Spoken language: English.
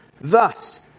Thus